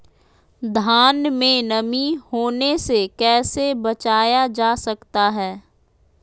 धान में नमी होने से कैसे बचाया जा सकता है?